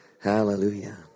Hallelujah